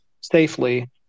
safely